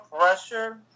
pressure